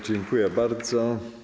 Dziękuję bardzo.